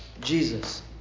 Jesus